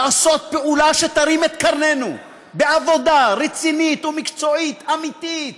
לעשות פעולה שתרים את קרננו בעבודה רצינית ומקצועית אמיתית.